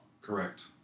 correct